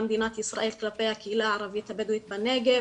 מדינת ישראל כלפי הקהילה הערבית הבדואית בנגב,